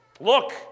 look